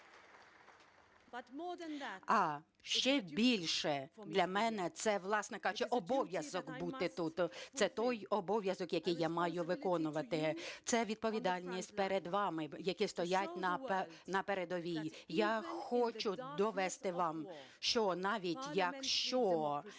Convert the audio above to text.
А ще більше для мене – це, власне кажучи, обов'язок бути тут. Це той обов'язок, який я маю виконувати. Це відповідальність перед вами, які стоять на передовій. Я хочу довести вам, що навіть якщо